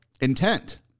intent